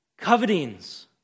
covetings